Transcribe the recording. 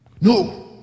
No